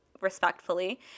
respectfully